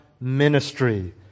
ministry